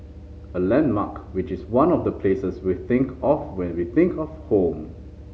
a landmark which is one of the places we think of when we think of home